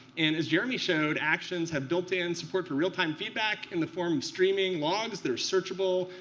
and as jeremy showed, actions have built-in support for real-time feedback in the form of streaming logs that are searchable,